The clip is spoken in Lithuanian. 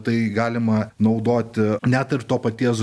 tai galima naudoti net ir to paties